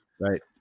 Right